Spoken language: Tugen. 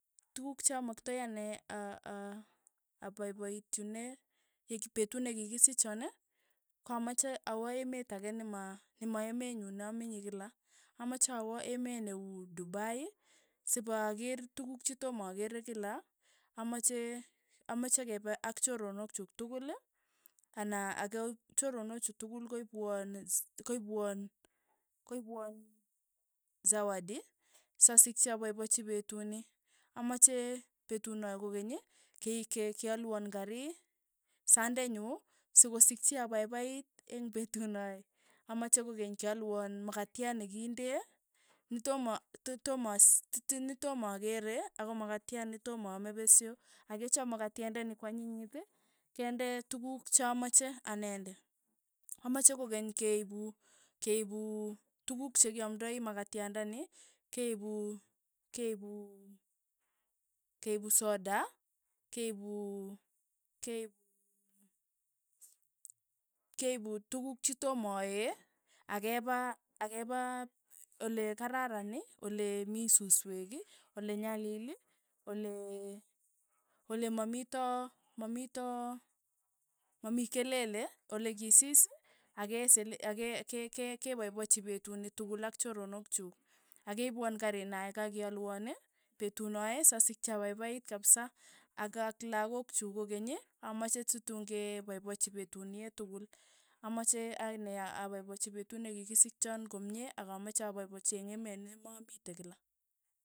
Tukuk cha maktai aa- aa apaipaitune yek petut nekikisichoni, amache awa emet ake ne ma emet nyu na menye kila, amache awa emet neuu dubai, sipakeer tukuk chetomakeere kila, amache amache kepe ak choronok chuk tukul, ana ako choronok chu tukul koipwaa koipwaan koipwaan zawadi sasikchi apaipachi petut ni, amache petunoe kokeny, kei- ke- kealwaan karii sanenyu sokosikchi apaipait eng' petunoe, amache kokeny kealwan mukatyat nekinde, netoma netoma akeere ako makatya netoma aame pesyo, akechop makatyandeni kwanyinyit, kende tukuk chamache anende, amache kokeny keipu keipu tukuk chekiamndai makatyandani, keipu keipu keipu soda, keipu keipu keipu tukuk chitomaaee, akepa akepa ole kararani, ole mii susweeki, ole nyaliil, ole ole mamito mamito, mamii kelele, ole kisiis, ake sele ake- ke- ke- ke paipachi petuni tukul ak choronok chuk, akeipwan karinae kakealwan, petunae sasikchi apaipaiit kapisa, aka ak lakok chuk kokeny, amache situn kepaipachi petut nie tukul, amache aene apaipachi petut nekikisichon komie akamache apaipachi eng' emet ne mamitei kila.